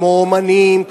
כמו אמנים,